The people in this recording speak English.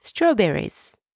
Strawberries